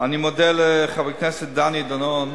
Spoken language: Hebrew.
אני מודה לחבר הכנסת דני דנון,